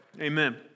Amen